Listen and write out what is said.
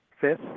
Fifth